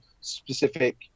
specific